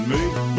Make